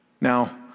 Now